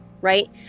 right